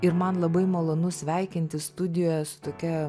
ir man labai malonu sveikintis studijoje su tokia